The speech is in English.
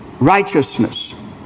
righteousness